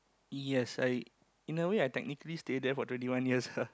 yes I in a way I technically stay there for twenty one years ah